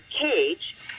cage